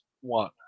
One